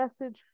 message